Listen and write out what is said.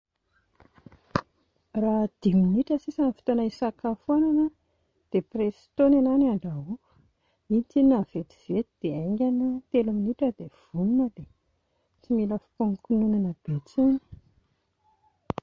Raha dimy minitra sisa ny fotoana hisakafoanana dia presto ny anà no andrahoako, iny tsinona no vetivety dia aingana, telo minitra dia vonona, tsy mila fikononkononana be intsony